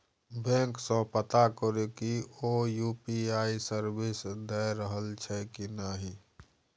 bank सँ पता करु कि ओ यु.पी.आइ सर्विस दए रहल छै कि नहि